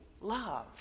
love